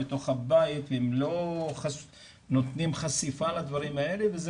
בתוך הבית והם לא נותנים חשיפה לדברים האלה וזה